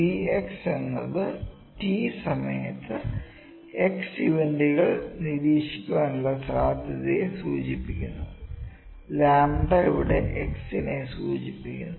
P എന്നത് 't 'സമയത്ത് x ഇവന്റുകൾ നിരീക്ഷിക്കാനുള്ള സാധ്യതയെ സൂചിപ്പിക്കുന്നു λ ഇവിടെ x നെ സൂചിപ്പിക്കുന്നു